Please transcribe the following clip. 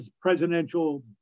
presidential